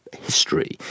history